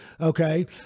Okay